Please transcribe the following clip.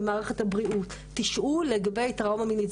במערכת הבריאות תשאול לגבי טראומה מינית.